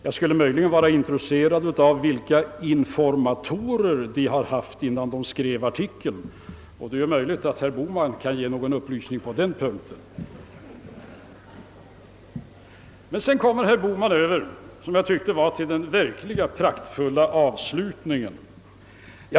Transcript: Jag skulle möjligtvis vara intresserad av att veta vilka informatorer man haft innan man skrev artikeln. Det är ju möjligt att herr Bohman kan lämna någon upplysning på den punkten. Sedan kommer herr Bohman över till den, som jag tyckte, verkligt praktfulla avslutningen.